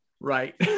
Right